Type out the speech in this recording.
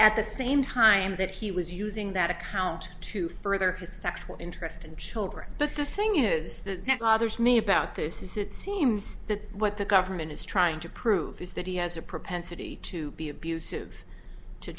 at the same time that he was using that account to further his sexual interest in children but the thing is the other's me about this it seems that what the government is trying to prove is that he has a propensity to be abusive to